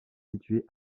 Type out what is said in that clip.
situé